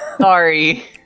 Sorry